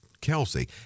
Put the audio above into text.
Kelsey